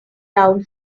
down